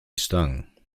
stung